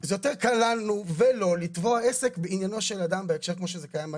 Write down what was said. קל לנו ולו לתבוע עסק בעניינו של אדם בהקשר כמו שזה קיים היום.